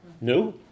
no